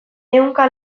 ehunka